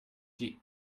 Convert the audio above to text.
die